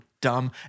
dumb